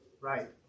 Right